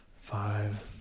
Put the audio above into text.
Five